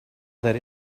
that